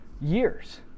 years